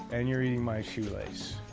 and you're eating my shoe lace.